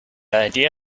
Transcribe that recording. idea